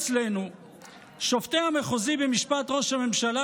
אצלנו שופטי המחוזי במשפט ראש הממשלה